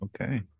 Okay